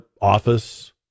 office